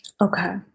Okay